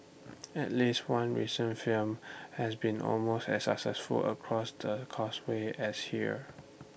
at least one recent film has been almost as successful across the causeway as here